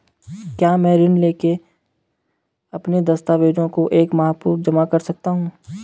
क्या मैं ऋण लेने के लिए अपने दस्तावेज़ों को एक माह पूर्व जमा कर सकता हूँ?